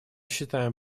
считаем